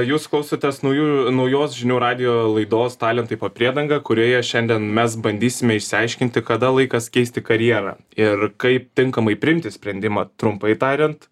jūs klausotės naujų naujos žinių radijo laidos talentai po priedanga kurioje šiandien mes bandysime išsiaiškinti kada laikas keisti karjerą ir kaip tinkamai priimti sprendimą trumpai tariant